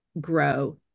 grow